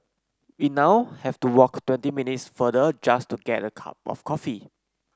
we now have to walk twenty minutes further just to get a cup of coffee